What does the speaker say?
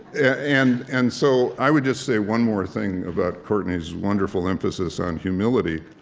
ah and and so i would just say one more thing about courtney's wonderful emphasis on humility.